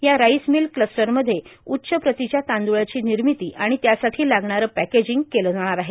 या rice mill क्लस्टरमध्ये उच्च प्रतीच्या तांद्रळाची निर्मिती आणि त्यासाठी लागणारं पॅकेजिंग केलं जाणार आहे